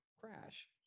crash